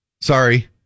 Sorry